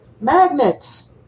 Magnets